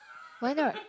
why not